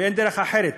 ואין דרך אחרת.